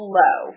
low